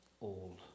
old